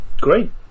Great